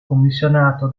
commissionato